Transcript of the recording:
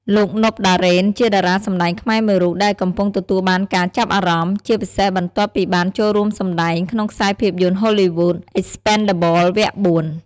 លោក ណុប ដារ៉េន ជាតារាសម្តែងខ្មែរមួយរូបដែលកំពុងទទួលបានការចាប់អារម្មណ៍ ជាពិសេសបន្ទាប់ពីបានចូលរួមសម្ដែងក្នុងខ្សែភាពយន្តហូលីវូដ អិចស្ពេនដាបល វគ្គ៤ "Expend4bles"។